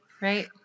right